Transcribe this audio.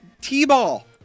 T-ball